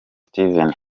steven